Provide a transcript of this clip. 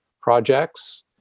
projects